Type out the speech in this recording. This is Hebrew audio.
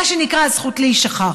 מה שנקרא: הזכות להישכח.